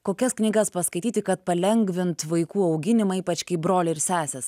kokias knygas paskaityti kad palengvint vaikų auginimą ypač kai broliai ir sesės